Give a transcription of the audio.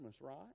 right